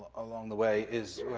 along the way is,